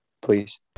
Please